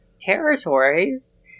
territories